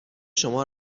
شما